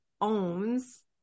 owns